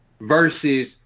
versus